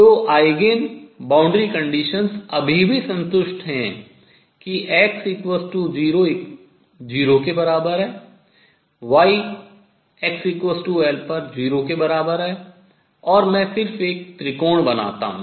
तो eigen boundary condition अभी भी संतुष्ट है कि x00 yxL0 और मैं सिर्फ एक त्रिकोण बनाता हूँ